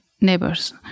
neighbors